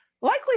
likely